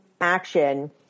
action